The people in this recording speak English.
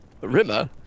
Rimmer